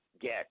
get